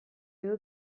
dut